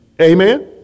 Amen